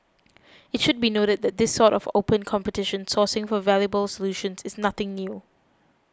it should be noted that this sort of open competition sourcing for valuable solutions is nothing new